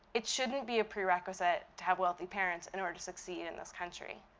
it shouldn't be a prerequisite to have wealthy parents in order to succeed in this country,